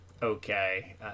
Okay